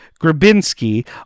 Grabinski